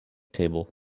table